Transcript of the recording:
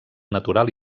natural